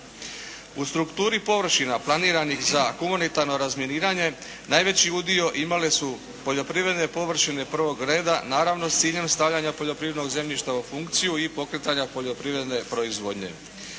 U strukturi površina planiranih za humanitarno razminiranje najveći udio imale su poljoprivredne površine prvog reda naravno s ciljem stavljanja poljoprivrednog zemljišta u funkciju i pokretanja poljoprivredne proizvodnje.